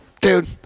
Dude